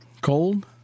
cold